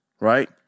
Right